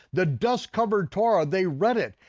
the dust-covered torah, they read it,